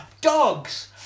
Dogs